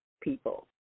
people